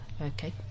Okay